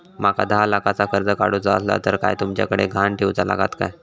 माका दहा लाखाचा कर्ज काढूचा असला तर काय तुमच्याकडे ग्हाण ठेवूचा लागात काय?